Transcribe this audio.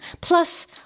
Plus